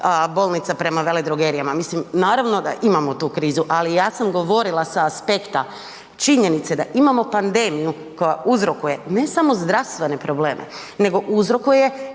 bolnica prema veledrogerijama, naravno da imamo tu krizu. Ali ja sam govorila sa aspekta činjenice da imamo pandemiju koja uzrokuje ne samo zdravstvene probleme nego uzrokuje